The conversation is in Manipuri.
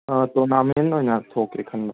ꯑꯥ ꯇꯣꯔꯅꯥꯃꯦꯟ ꯑꯣꯏꯅ ꯊꯣꯛꯀꯦ ꯈꯟꯕ